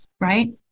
Right